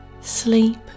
Sleep